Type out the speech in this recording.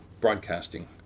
broadcasting